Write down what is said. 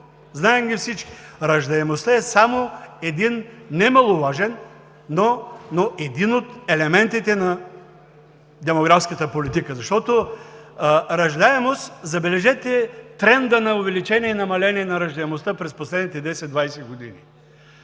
знаем ги всички. Раждаемостта е само един немаловажен, но един от елементите на демографската политика. Забележете трендът на увеличение и намаление на раждаемостта през последните 10 – 20 години